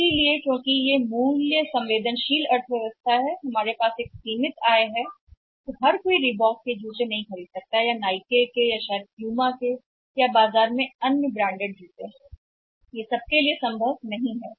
इसलिए क्योंकि यह एक मूल्य संवेदनशील अर्थव्यवस्था है हमारे पास एक सीमित आय है जिसे हम हर कोई नहीं कर सकता रिबॉक जूते खरीदने के लिए नहीं जा सकते हैं या नाइके के जूते या शायद प्यूमा जूते या शायद हो सकते हैं बाजार में कुछ ब्रांडेड उत्पाद जो सभी के लिए संभव नहीं है